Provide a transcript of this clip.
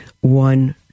one